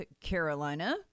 Carolina